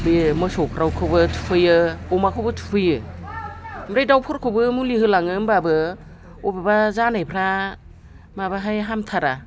बे मोसौफोरखौबो थुफैयो अमाखौबो थुफैयो ओमफ्राय दाउफोरखौबो मुलि होलाङो होमबाबो अबेबा जानायफ्रा माबाहाय हामथारा